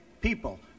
people